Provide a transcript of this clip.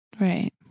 Right